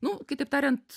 nu kitaip tariant